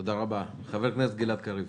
תודה רבה, חבר הכנסת גלעד קריב.